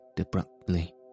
abruptly